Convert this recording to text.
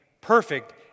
perfect